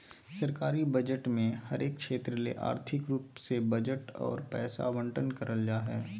सरकारी बजट मे हरेक क्षेत्र ले आर्थिक रूप से बजट आर पैसा आवंटन करल जा हय